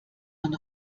man